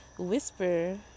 Whisper